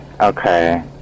okay